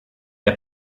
der